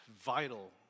vital